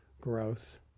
growth